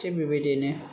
थिख बेबायदियैनो